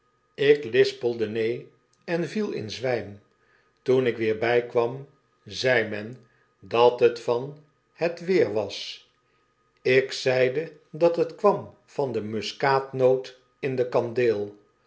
ik lispelde b neen en viel in zwijm toen ik weer bijkwam zei men dat het van het weer was ik zeide dat het kwam van de muskaatnoot in de kandeel